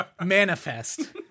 manifest